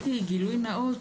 גילוי נאות,